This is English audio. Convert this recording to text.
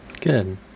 good